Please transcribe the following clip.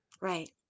Right